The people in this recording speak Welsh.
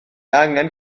angen